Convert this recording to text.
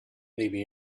maybe